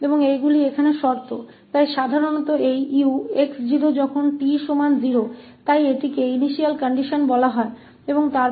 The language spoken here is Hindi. और यहाँ ये स्थितियां हैं इसलिए सामान्यतया यह 𝑢𝑥 0 जब 𝑡 0 के बराबर होता है इसलिए इसे प्रारंभिक स्थिति कहा जाता है